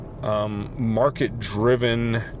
Market-driven